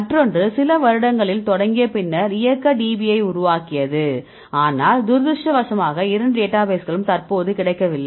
மற்றொன்று சில வருடங்கள் தொடங்கிய பின்னர் இயக்க DBயை உருவாக்கியது ஆனால் துரதிர்ஷ்டவசமாக இரண்டு டேட்டாபேஸ்களும் தற்போது கிடைக்கவில்லை